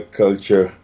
culture